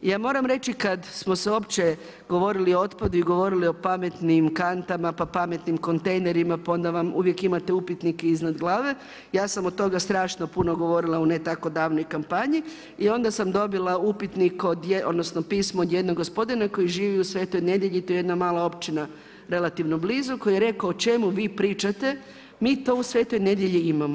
Ja moram kad smo se uopće govorili o otpadu i govorili o pametnim kantama, pa pametnim kontejnerima, pa onda vam uvijek imate upitnik iznad glave, ja sam od tome strašno puno govorila u ne tako davnoj kampanji, i onda sam dobila upitnik odnosno pismo od jednog gospodina koji živi u Svetoj Nedelji, to je jedna mala općina, relativno blizu, koji je rekao o čemu vi pričate, mi to u Svetoj Nedelji imamo.